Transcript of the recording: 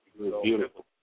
beautiful